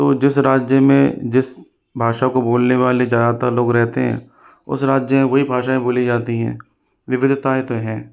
तो जिस राज्य में जिस भाषा को बोलने वाले ज़्यादातर लोग रहते हैं उस राज्य में वही भाषाएँ बोली जाती हैं विविधताएँ तो है